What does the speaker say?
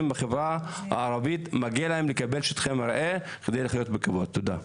בחברה הערבית מגיע להם לקבל שטחי מרעה כדי לחיות בכבוד תודה.